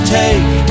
take